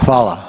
Hvala.